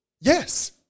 Yes